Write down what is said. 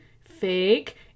fake